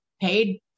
paid